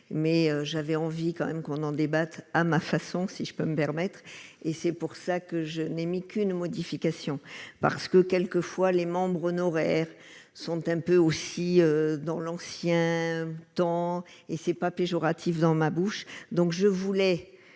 mais j'avais envie quand même qu'on en débatte à ma façon, si je peux me permettre et c'est pour ça que je n'aimais qu'une modification parce que quelquefois les membres honoraires sont un peu aussi dans l'ancien temps, et c'est pas péjoratif dans ma bouche, donc je voulais